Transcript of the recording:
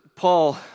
Paul